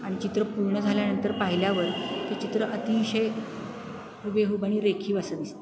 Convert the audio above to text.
आणि चित्र पूर्ण झाल्यानंतर पाहिल्यावर ते चित्र अतिशय हुबेहूब आणि रेखीव असं दिसतं